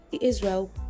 Israel